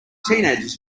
teenagers